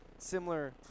similar